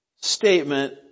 statement